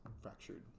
fractured